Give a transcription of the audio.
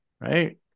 right